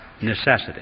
necessity